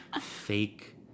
fake